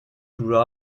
grew